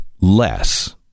less